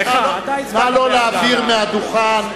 נא לא להעביר מהדוכן.